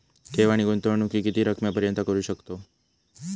ठेव आणि गुंतवणूकी किती रकमेपर्यंत करू शकतव?